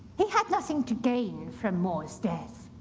he had nothing to gain from more's death.